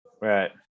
right